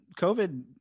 COVID